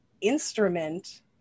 instrument